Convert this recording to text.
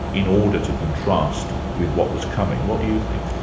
in order to contrast with what was coming. what do you think?